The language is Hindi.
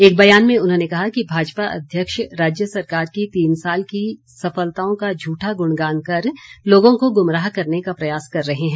एक बयान में उन्होंने कहा कि भाजपा अध्यक्ष राज्य सरकार की तीन साल की सफलताओं का झूठा गुणगान कर लोगों को गुमराह करने का प्रयास कर रहे हैं